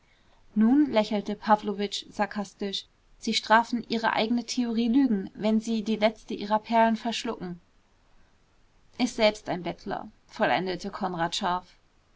nun lächelte pawlowitsch sarkastisch sie strafen ihre eigene theorie lügen wenn sie die letzte ihrer perlen verschlucken ist selbst ein bettler vollendete konrad scharf